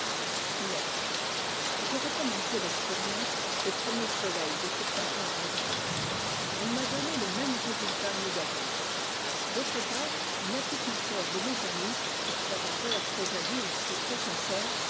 recommencé texpérience aux premiers soleils de ce printemps inférât elle m'a donné le môme résultat négatif d'autre part un apiculteur de mes amis observateur très habile et très sincère